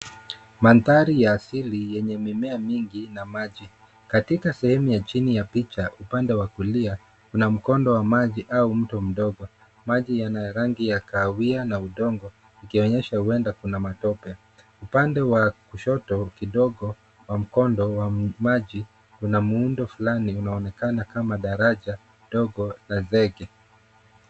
Mandhari ya asili yenye mimea mingi na maji. Katika sehemu ya chini ya picha, upande wa kulia, kuna mkondo wa maji au mto mdogo. Maji yana rangi ya kahawia na udongo ikionyesha huenda kuna matope. Upande wa kushoto kidogo kwa mkondo wa maji, kuna muundo fulani umeonekana kama daraja dogo la dheke.